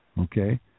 okay